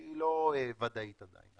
שהיא לא ודאית עדיין,